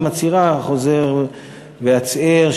והיא מצהירה חזור והצהר,